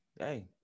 Hey